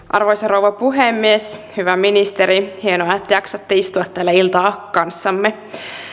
arvoisa rouva puhemies hyvä ministeri hienoa että jaksatte istua täällä iltaa kanssamme